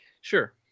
sure